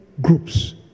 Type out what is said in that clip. groups